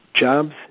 Jobs